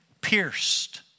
pierced